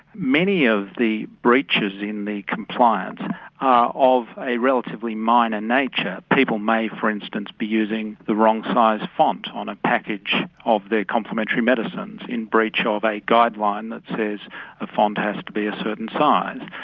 many of the breaches in the compliance are of a relatively minor nature, people may for instance be using the wrong size font on a package of their complementary medicines in breach of a guideline that says the font has to be a certain size.